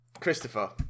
Christopher